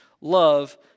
love